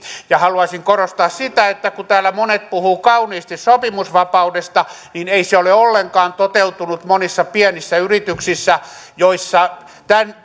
haluaisin korostaa sitä että kun täällä monet puhuvat kauniisti sopimusvapaudesta niin ei se ole ollenkaan toteutunut monissa pienissä yrityksissä joissa